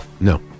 No